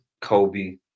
Kobe